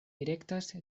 direktas